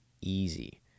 easy